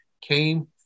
came